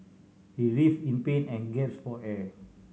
he writhed in pain and gasped for air